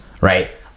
right